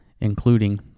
including